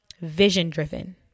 vision-driven